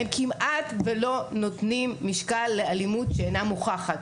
הם כמעט ולא נותנים משקל לאלימות שאינה מוכחת,